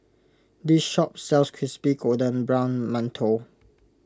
this shop sells Crispy Golden Brown Mantou